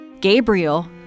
Gabriel